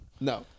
no